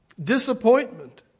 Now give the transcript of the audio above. disappointment